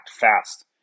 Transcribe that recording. fast